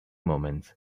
moments